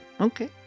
okay